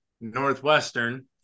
Northwestern